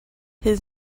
his